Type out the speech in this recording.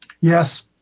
Yes